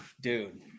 Dude